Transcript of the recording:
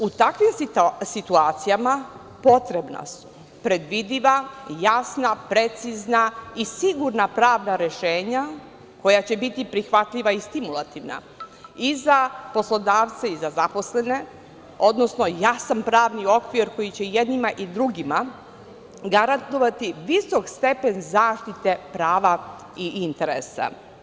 U takvim situacijama potrebna su predvidiva, jasna, precizna i sigurna pravna rešenja, koja će biti prihvatljiva i stimulativna i za poslodavce i za zaposlene, odnosno jasan pravni okvir koji će jednima i drugima garantovati visok stepen zaštite prava i interesa.